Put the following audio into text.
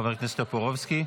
חבר הכנסת טופורובסקי.